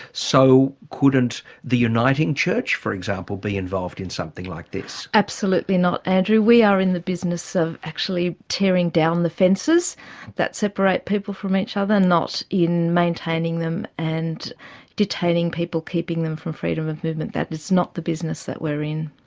so couldn't the uniting church for example, be involved in something like this? absolutely not andrew. we are in the business of actually tearing down the fences that separate people from each other, not in maintaining them and detaining people, keeping them from freedom of movement. that is not the business that we're we're in.